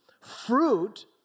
Fruit